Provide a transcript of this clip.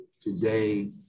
today